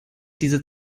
diese